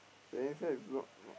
Valencia is not not